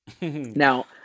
Now